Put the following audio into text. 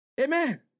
Amen